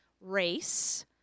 race